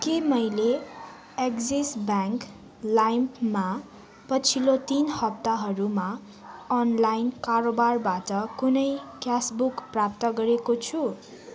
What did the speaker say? के मैले Axis bank लाइममा पछिल्लो तिन हप्ताहरूमा अनलाइन कारोबारबाट कुनै क्यासब्याक प्राप्त गरेको छु